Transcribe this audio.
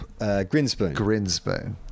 Grinspoon